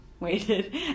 Waited